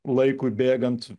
laikui bėgant